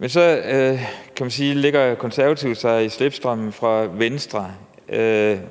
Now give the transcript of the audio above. man sige, at Konservative lægger sig i slipstrømmen af Venstre.